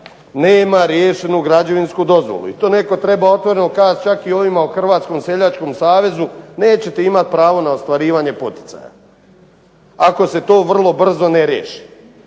nema riješenu građevinsku dozvolu i to netko treba otvoreno kazati čak i onima u Hrvatskom seljačkom savezu, nećete imati pravo na ostvarivanje poticaja ako se to vrlo brzo ne riješi.